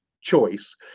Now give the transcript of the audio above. choice